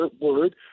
word